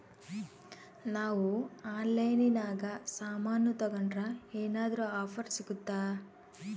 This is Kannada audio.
ನಾವು ಆನ್ಲೈನಿನಾಗ ಸಾಮಾನು ತಗಂಡ್ರ ಏನಾದ್ರೂ ಆಫರ್ ಸಿಗುತ್ತಾ?